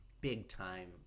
big-time